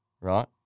right